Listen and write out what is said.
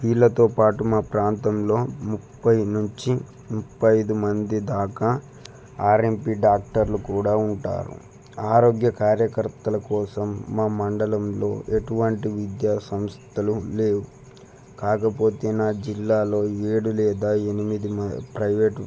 వీళ్ళతో పాటు మా ప్రాంతంలో ముప్పై నుంచి ముప్పై ఐదు మంది దాకా ఆర్ఎంపీ డాక్టర్లు కూడా ఉంటారు ఆరోగ్య కార్యకర్తల కోసం మా మండలంలో ఎటువంటి విద్యాసంస్థలు లేవు కాకపోతే నా జిల్లాలో ఏడు లేదా ఎనిమిది ప్రైవేటు